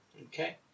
okay